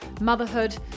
motherhood